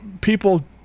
people